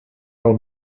del